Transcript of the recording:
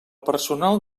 personal